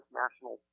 national